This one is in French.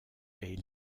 est